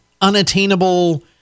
unattainable